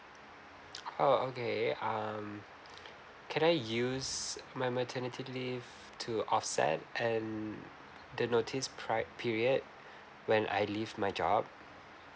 oh okay um can I use my maternity leave to offset and mm the notice pride period when I leave my job